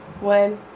One